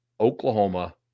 Oklahoma